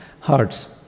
hearts